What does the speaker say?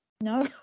No